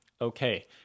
okay